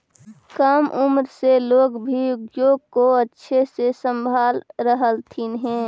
कम उम्र से लोग भी उद्योग को अच्छे से संभाल रहलथिन हे